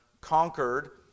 conquered